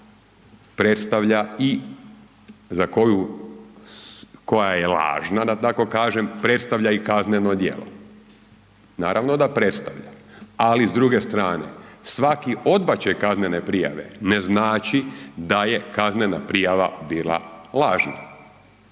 predstavlja i kazneno djelo, naravno da predstavlja ali s druge strane, svaki odbačaj kaznene prijave ne znači da je kaznena prijava bila lažna